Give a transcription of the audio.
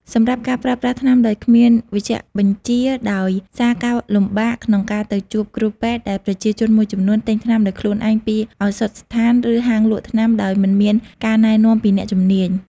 សម្រាប់ការប្រើប្រាស់ថ្នាំដោយគ្មានវេជ្ជបញ្ជាដោយសារការលំបាកក្នុងការទៅជួបគ្រូពេទ្យដែលប្រជាជនមួយចំនួនទិញថ្នាំដោយខ្លួនឯងពីឱសថស្ថាន ឬហាងលក់ថ្នាំដោយមិនមានការណែនាំពីអ្នកជំនាញ។